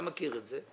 אתה מכיר את זה,